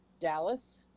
Dallas